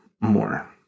more